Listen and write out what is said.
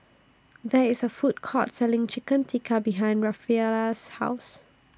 There IS A Food Court Selling Chicken Tikka behind Rafaela's House